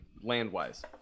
land-wise